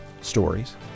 stories